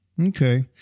Okay